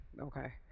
Okay